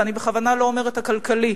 ואני בכוונה לא אומרת "הכלכלי",